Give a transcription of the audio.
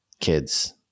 kids